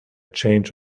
change